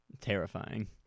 terrifying